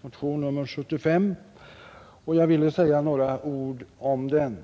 motionen 75, och jag vill säga några ord i anslutning till den.